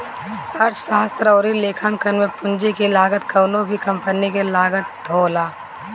अर्थशास्त्र अउरी लेखांकन में पूंजी की लागत कवनो भी कंपनी के लागत होला